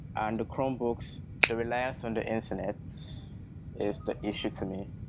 and chromebooks, the reliance on the internet is the issue to me.